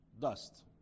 dust